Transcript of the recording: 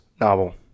novel